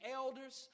elders